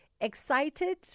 excited